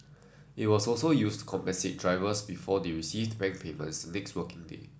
it was also used to compensate drivers before they received bank payments the next working day